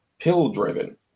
pill-driven